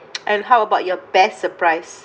and how about your best surprise